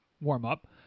warm-up